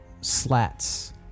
slats